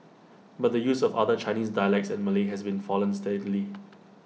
but the use of other Chinese dialects and Malay has been fallen steadily